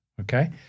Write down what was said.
okay